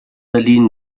berlin